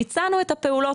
ביצענו את הפעולות